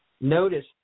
Notice